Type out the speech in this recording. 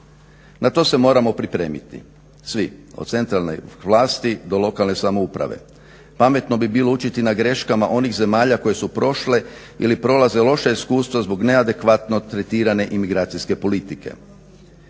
Na to se moramo pripremiti svi od centralne vlasti do lokalne samouprave. Pametno bi bilo učiti na greškama onih zemalja koje su prošle ili prolaze loša iskustva zbog neadekvatno tretirane imigracijske politike.